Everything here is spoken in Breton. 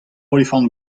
olifant